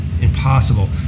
impossible